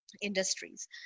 industries